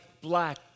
black